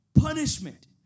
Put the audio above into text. punishment